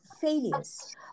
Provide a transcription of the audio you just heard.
failures